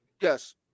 Yes